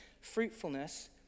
fruitfulness